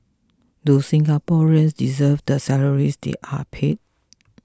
do Singaporeans deserve the salaries they are paid